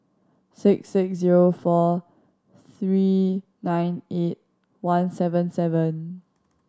six six zero four three nine eight one seven seven